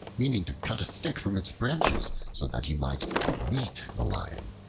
meaning to cut a stick from its branches so that he might beat the lion.